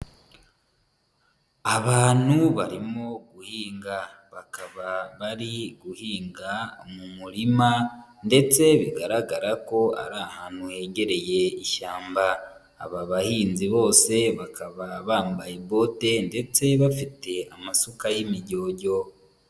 Abantu barimo guhinga, bakaba bari guhinga mu murima ndetse bigaragara ko ari ahantu hegereye ishyamba. Aba bahinzi bose bakaba bambaye bote ndetse bafite amasuka y'imijyojyo.